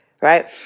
right